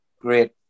great